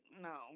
no